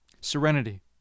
Serenity